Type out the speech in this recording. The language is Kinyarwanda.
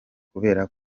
kubera